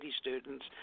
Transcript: students